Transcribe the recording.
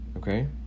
Okay